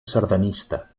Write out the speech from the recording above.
sardanista